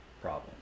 problem